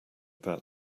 that